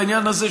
בעניין הזה,